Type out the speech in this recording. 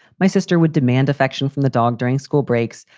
my sister would demand affection from the dog during school breaks,